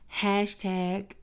hashtag